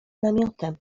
namiotem